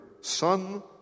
son